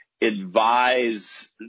advise